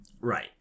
Right